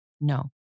No